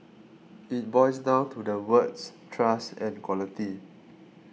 it boils down to the words trust and quality